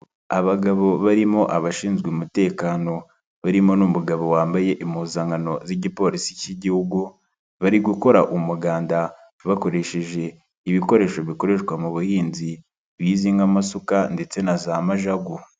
Abagabo barimo abashinzwe umutekano, barimo n'umugabo wambaye impuzankano z'igipolisi cy'Igihugu, bari gukora umuganda bakoresheje ibikoresho bikoreshwa mu buhinzi, bizwi nk'amasuka ndetse na za majagu.